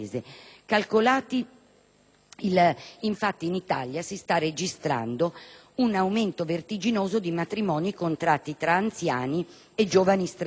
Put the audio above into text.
Infatti, in Italia si sta registrando un aumento vertiginoso di matrimoni contratti tra anziani e giovani straniere, per lo più badanti.